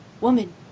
woman